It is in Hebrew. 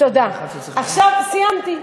עכשיו סיימתי.